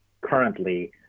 currently